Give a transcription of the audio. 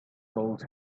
told